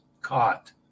caught